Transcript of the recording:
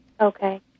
Okay